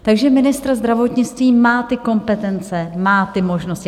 Takže ministr zdravotnictví má ty kompetence, má ty možnosti.